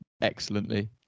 excellently